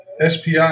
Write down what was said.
SPI